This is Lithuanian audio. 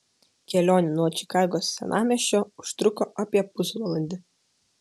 kelionė nuo čikagos senamiesčio užtruko apie pusvalandį